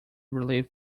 relive